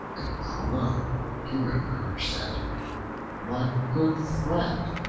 a crow hearing her, said my good friend,